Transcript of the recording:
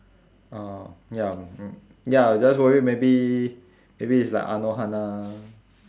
uh ya ya just worried maybe maybe it's like anohana